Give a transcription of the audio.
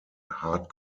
hard